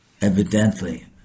Evidently